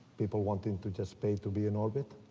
people wanting to just pay to be in orbit?